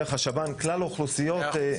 לכלל האוכלוסיות.